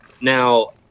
Now